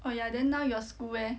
oh ya then now your school eh